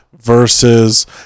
versus